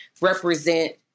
represent